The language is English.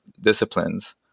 disciplines